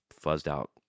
fuzzed-out